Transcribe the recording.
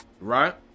right